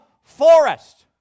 forest